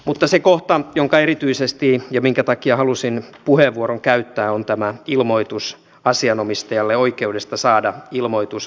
mutta se kohta jonka takia erityisesti halusin puheenvuoron käyttää on tämä ilmoitus asianomistajan oikeudesta saada ilmoitus vapauttamisesta